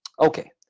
Okay